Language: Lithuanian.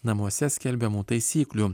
namuose skelbiamų taisyklių